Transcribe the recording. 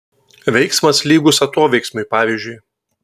veiksmas lygus atoveiksmiui pavyzdžiui